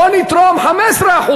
בוא נתרום 15%,